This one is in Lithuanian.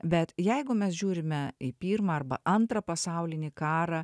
bet jeigu mes žiūrime į pirmą arba antrą pasaulinį karą